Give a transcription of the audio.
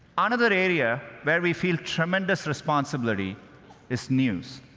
another area where we feel tremendous responsibility is news.